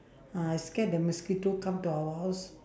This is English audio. ah I scared the mosquito come to our house